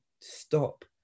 stop